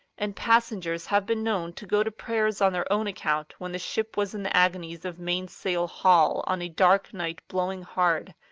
and passengers have been known to go to prayers on their own account when the ship was in the agonies of mainsail haul on a dark night blow ing hard,